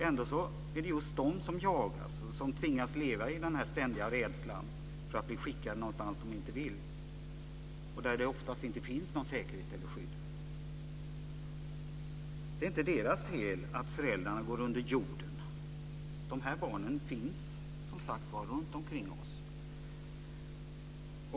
Ändå är det just de som jagas och tvingas leva i den ständiga rädslan för att bli skickade någonstans dit de inte vill och där det oftast inte finns någon säkerhet eller något skydd. Det är inte deras fel att föräldrarna går under jorden. De här barnen finns, som sagt var, runtomkring oss.